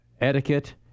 etiquette